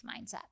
mindset